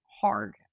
hard